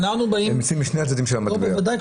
בוודאי,